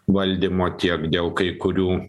valdymo tiek dėl kai kurių